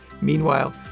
Meanwhile